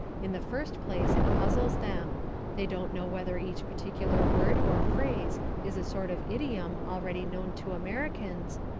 in the first place it puzzles them they don't know whether each particular word or phrase is a sort of idiom already known to americans,